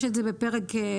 יש את זה בפרק ג'.